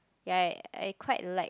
ya I quite like